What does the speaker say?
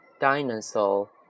Dinosaur